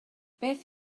beth